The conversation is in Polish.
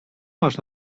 masz